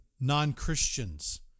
non-Christians